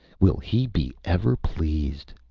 will he be ever pleased!